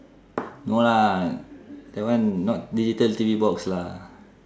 no lah that one not digital T_V box lah